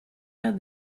had